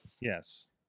Yes